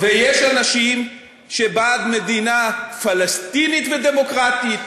ויש אנשים שבעד מדינה פלסטינית ודמוקרטית.